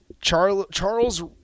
Charles